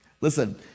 Listen